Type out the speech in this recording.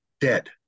dead